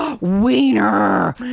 wiener